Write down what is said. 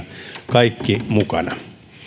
kaikki mukana